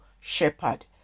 shepherd